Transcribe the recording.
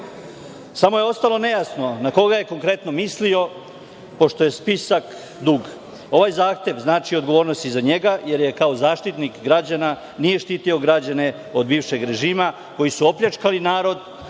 Samo je ostalo nejasno na koga je konkretno mislio, pošto je spisak dug. Ovaj zahtev znači odgovornost i za njega, jer kao Zaštitnik građana nije štitio građene od bivšeg režima koji su opljačkali narod